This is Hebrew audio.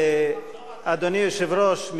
אדוני היושב-ראש,